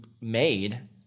made